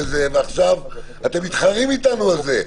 ועכשיו אתם מתחרים אתנו על זה.